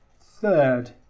third